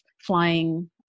flying